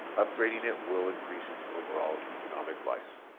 upgrading it will increase its overall economic life.